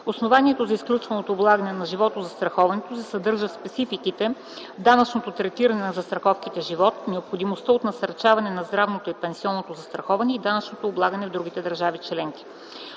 Основанието за изключване от облагане на животозастраховането се съдържа в спецификите в данъчното третиране на застраховките „Живот”, необходимостта от насърчаване на здравното и пенсионното застраховане и данъчното облагане в другите държави членки.